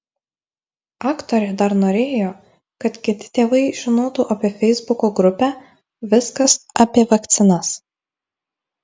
aktorė dar norėjo kad kiti tėvai žinotų apie feisbuko grupę viskas apie vakcinas